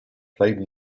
played